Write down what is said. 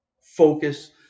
focus